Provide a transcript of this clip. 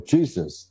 Jesus